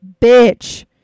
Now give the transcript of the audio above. bitch